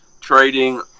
trading